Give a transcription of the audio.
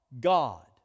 God